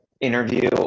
interview